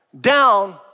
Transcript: down